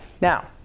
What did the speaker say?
Now